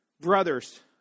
brothers